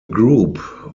group